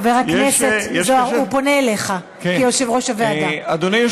חבר הכנסת זוהר, הוא פונה אליך כיושב-ראש הוועדה.